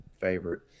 favorite